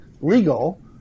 legal